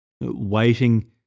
waiting